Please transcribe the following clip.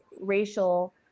racial